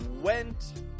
Went